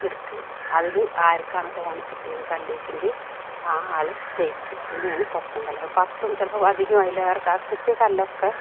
എടുക്കണം അതിൽ ആർക്കാണ് തോനെ കിട്ടിയത് കല്ല്ച്ചെങ്കിൽ ആ ആൾ ജയിച്ചു അങ്ങനെയാണ് കൊത്തങ്കല്ല് അതു പത്തും ചിലപ്പം അധികം അതിലേറെ കിട്ടിയ കല്ലോക്കെ